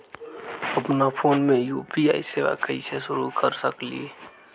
अपना फ़ोन मे यू.पी.आई सेवा कईसे शुरू कर सकीले?